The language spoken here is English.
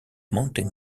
mountain